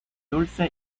dulce